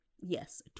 yes